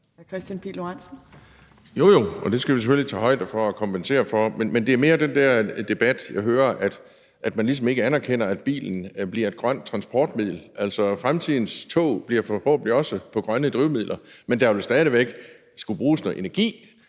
Kristian Pihl Lorentzen (V): Jo, jo, og det skal vi selvfølgelig tage højde for og kompensere for, men det er mere, at jeg i debatten hører, at man ligesom ikke anerkender, at bilen bliver et grønt transportmiddel. Fremtidens tog kommer forhåbentlig også til at køre på grønne drivmidler, men der vil stadig væk skulle bruges noget energi